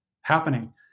happening